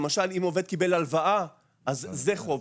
למשל אם עובד קיבל הלוואה אז זה חוב,